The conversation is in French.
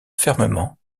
fermement